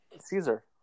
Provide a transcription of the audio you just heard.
Caesar